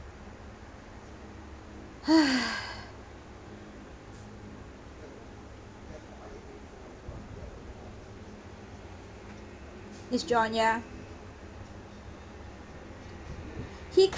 it's john ya he c~